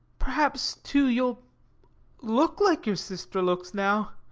perhaps, too, you'll look like your sister looks now.